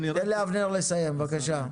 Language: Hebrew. קארה, תן לאבנר לסיים, בבקשה.